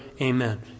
amen